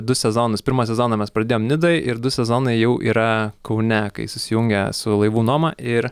du sezonus pirmą sezoną mes pradėjom nidoj ir du sezonai jau yra kaune kai susijungia su laivų nuoma ir